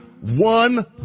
one